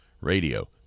Radio